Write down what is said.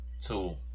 Two